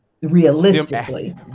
realistically